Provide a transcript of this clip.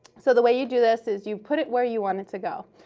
so the way you do this is you put it where you want it to go.